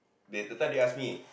the that time he asked me